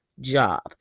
job